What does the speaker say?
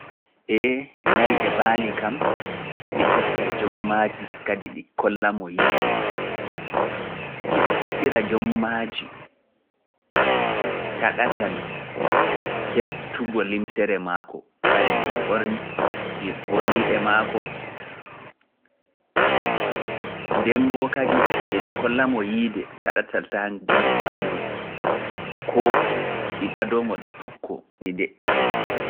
E nayi e baali kam ɗi keɓtay jommaaji kadi ɗi kollamo yiide taɗatal heptugo limse maako ko kare maako. di badoto di ngada ka tahango mo ɓanndu koo ɗi ɓado mo ɗi pukko ɗi ndeƴƴitoo.